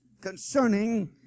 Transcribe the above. concerning